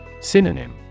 Synonym